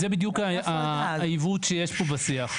זה בדיוק העיוות שיש פה בשיח.